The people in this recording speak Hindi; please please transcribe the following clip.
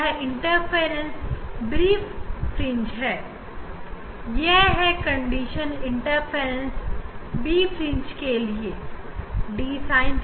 यह इंटरफ्रेंस b fringe है यह है कंडीशन इंटरफ्रेंस b fringe के लिए